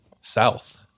south